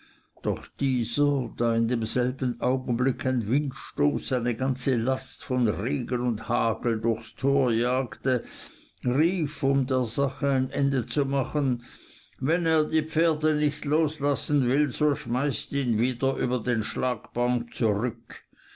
doch dieser da in demselben augenblick ein windstoß eine ganze last von regen und hagel durchs tor jagte rief um der sache ein ende zu machen wenn er die pferde nicht loslassen will so schmeißt ihn wieder über den schlagbaum zurück